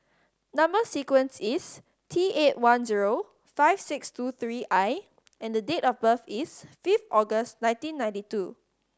number sequence is T eight one zero five six two three I and date of birth is five August nineteen ninety two